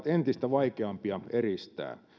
entistä vaikeampi eristää